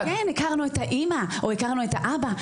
כן, הכרנו את האימא או הכרנו את האבא.